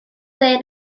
dde